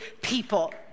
people